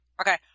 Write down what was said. Okay